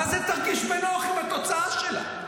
מה זה שתרגיש בנוח עם התוצאה שלה?